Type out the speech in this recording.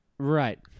Right